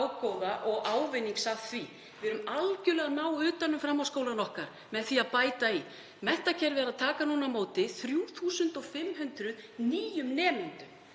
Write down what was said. ágóða og ávinnings af því. Við erum algerlega að ná utan um framhaldsskólana okkar með því að bæta í. Menntakerfið er að taka á móti 3.500 nýjum nemendum